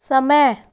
समय